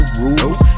rules